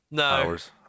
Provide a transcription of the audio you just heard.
hours